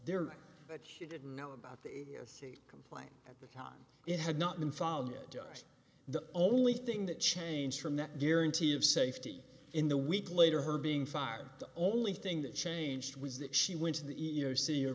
there that he didn't know about the complaint at the time it had not been following it the only thing that changed from that guarantee of safety in the week later her being fired the only thing that changed was that she went to the